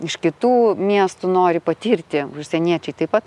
iš kitų miestų nori patirti užsieniečiai taip pat